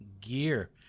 gear